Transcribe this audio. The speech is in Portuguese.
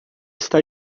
está